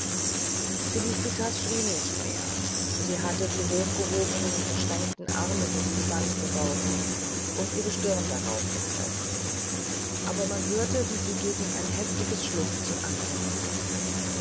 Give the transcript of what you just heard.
felicitas schrie nicht mehr sie hatte die hochgehobenen verschränkten arme gegen die wand geworfen und ihre stirn darauf gepreßt aber man hörte wie sie gegen ein heftiges schluchzen ankämpfte